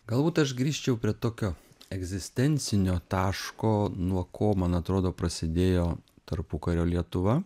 galbūt aš grįžčiau prie tokio egzistencinio taško nuo ko man atrodo prasidėjo tarpukario lietuva